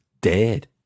dead